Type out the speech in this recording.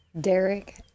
Derek